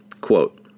Quote